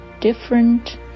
different